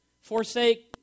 Forsake